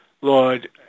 Lord